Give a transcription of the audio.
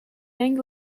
young